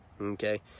okay